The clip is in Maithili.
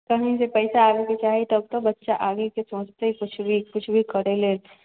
कहिंसे पैसा आबयके चाही तबतो बच्चा आगेके सोचते किछु भी किछु भी करय लेल